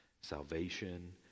salvation